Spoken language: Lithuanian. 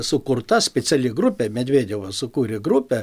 sukurta speciali grupė medvedevas sukūrė grupę